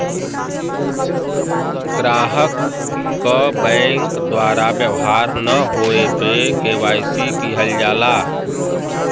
ग्राहक क बैंक द्वारा व्यवहार न होये पे के.वाई.सी किहल जाला